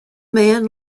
man